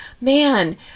Man